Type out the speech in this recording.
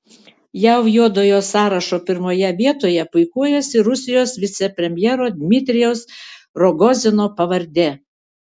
jav juodojo sąrašo pirmoje vietoje puikuojasi rusijos vicepremjero dmitrijaus rogozino pavardė